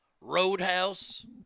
Roadhouse